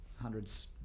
hundreds